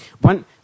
one